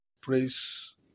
Praise